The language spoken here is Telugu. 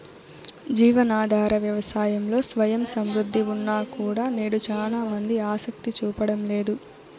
జీవనాధార వ్యవసాయంలో స్వయం సమృద్ధి ఉన్నా కూడా నేడు చానా మంది ఆసక్తి చూపడం లేదు